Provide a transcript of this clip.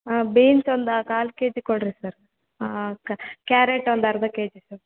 ಹಾಂ ಬೀನ್ಸ್ ಒಂದು ಕಾಲು ಕೆ ಜಿ ಕೊಡ್ರಿ ಸರ್ ಹಾಂ ಕ್ಯಾರಟ್ ಒಂದು ಅರ್ಧ ಕೆ ಜಿ ಸರ್